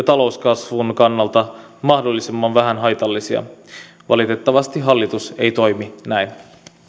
talouskasvun kannalta mahdollisimman vähän haitallisia valitettavasti hallitus ei toimi näin